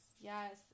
Yes